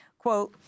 Quote